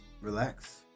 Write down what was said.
relax